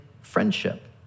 friendship